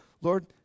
Lord